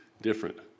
different